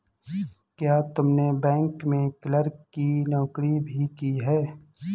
क्या तुमने बैंक में क्लर्क की नौकरी भी की है?